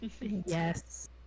yes